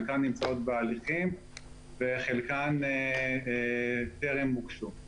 חלקן נמצאות בהליכים וחלקן טרם הוגשו.